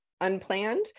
unplanned